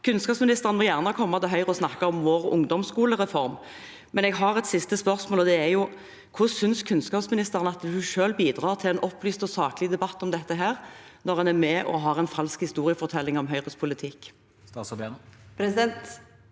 Kunnskapsministeren må gjerne komme til Høyre og snakke om vår ungdomsskolereform. Jeg har et siste spørsmål. Synes kunnskapsministeren at hun selv bidrar til en opplyst og saklig debatt om dette når en er med på en falsk historiefortelling om Høyres politikk?